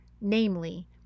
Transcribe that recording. Namely